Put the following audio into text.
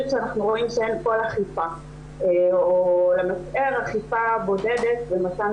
כשאנחנו רואים שאין כל אכיפה או למזער אכיפה בודדת ומתן